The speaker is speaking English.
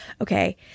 okay